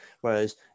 whereas